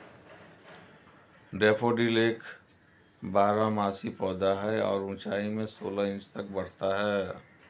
daffodil एक बारहमासी पौधा है और ऊंचाई में सोलह इंच तक बढ़ता है